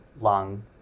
lung